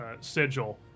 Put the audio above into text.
sigil